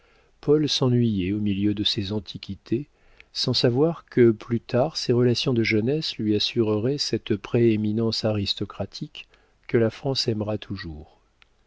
paul s'ennuyait au milieu de ces antiquités sans savoir que plus tard ses relations de jeunesse lui assureraient cette prééminence aristocratique que la france aimera toujours